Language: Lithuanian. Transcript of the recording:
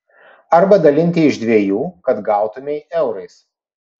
arba dalinti iš dviejų kad gautumei eurais